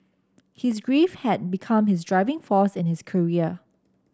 his grief had become his driving force in his career